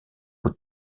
aux